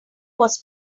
was